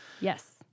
Yes